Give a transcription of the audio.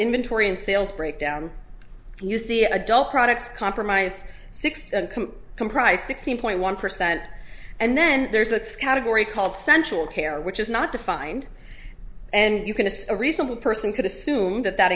inventory and sales breakdown you see adult products compromise six comprise sixteen point one percent and then there's this category called sensual care which is not defined and you can as a reasonable person could assume that that